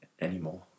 anymore